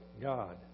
God